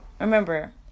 remember